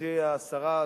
גברתי השרה,